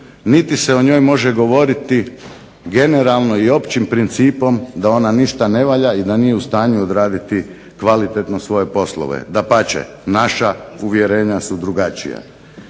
niti se o njoj može govoriti generalno i općim principom da ona ništa ne valja i da nije u stanju odraditi kvalitetno svoje poslove. Dapače, naša uvjerenja su drugačija.